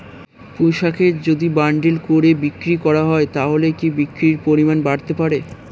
পুঁইশাকের যদি বান্ডিল করে বিক্রি করা হয় তাহলে কি বিক্রির পরিমাণ বাড়তে পারে?